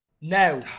No